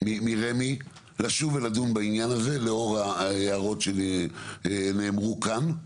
מרמ"י לשוב ולדון בעניין הזה לאור ההערות שנאמרו כאן.